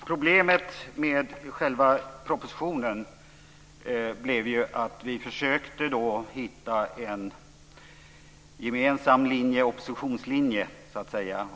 Problemet med själva propositionen blev att vi försökte hitta en gemensam linje, en oppositionslinje så att säga.